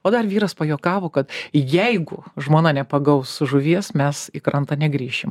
o dar vyras pajuokavo kad jeigu žmona nepagaus žuvies mes į krantą negrįšim